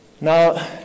Now